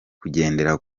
kugendera